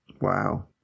Wow